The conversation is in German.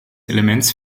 elements